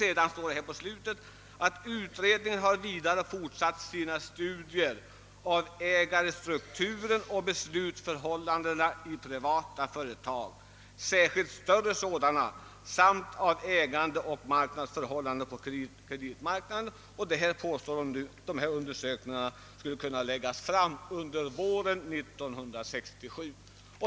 Vidare har utredningen fortsatt sina studier av ägarstrukturen och beslutsförhållandena i privata företag, särskilt större sådana, samt av ägandeoch marknadsförhållandena på kreditmarknaden. Dessa undersökningar beräknas bli framlagda under våren 1967.